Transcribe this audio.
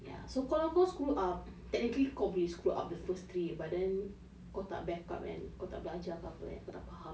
ya so kalau kau screw up technically kau boleh screwed up the first three but then kau tak back up and kau tak belajar ke apa eh kau tak faham